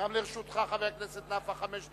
גם לרשותך, חבר הכנסת נפאע, חמש דקות.